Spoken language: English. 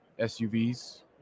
SUVs